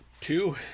two